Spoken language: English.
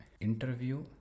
Interview